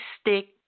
stick